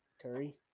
Curry